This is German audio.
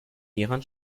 hieran